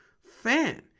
fan